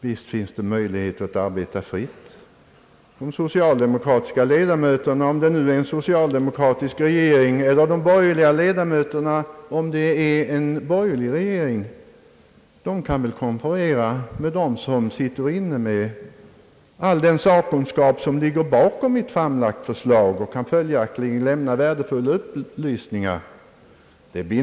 Visst finns det möjlighet att arbeta fritt, även om de socialdemokratiska ledamöterna när det sitter en socialdemokratisk regering eller de borgerliga ledamöterna när det sitter en borgerlig regering konfererar med dem som sitter inne med all sakkunskapen bakom ett framlagt förslag och följaktligen kan lämna värdefulla upplysningar.